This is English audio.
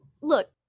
look